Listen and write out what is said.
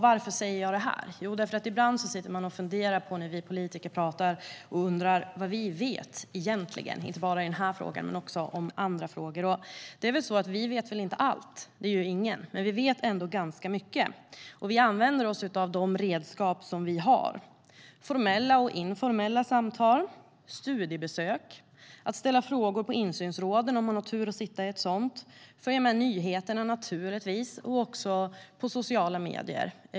Varför säger jag det? Jo, därför att när vi politiker pratar undrar människor vad vi egentligen vet, inte bara om den här frågan utan också om andra frågor. Vi vet väl inte allt - det gör ingen - men vi vet ändå ganska mycket. Och vi använder oss av de redskap som vi har: formella och informella samtal, studiebesök, att ställa frågor på insynsråd om man har tur att sitta i ett sådant, följa med i nyheterna, naturligtvis, och också på sociala medier.